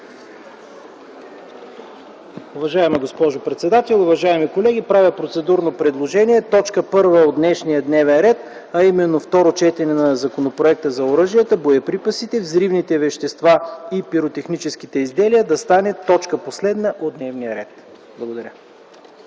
Уважаема госпожо председател, уважаеми колеги! Правя процедурно предложение - т. 1 от днешния дневен ред, а именно Второ четене на Законопроекта за оръжията, боеприпасите, взривните вещества и пиротехническите изделия да стане точка последна от дневния ред. Благодаря.